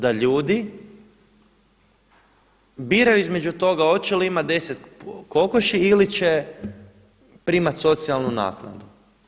Da ljudi biraju između toga hoće li imati 10 kokoši ili će primati socijalnu naknadu.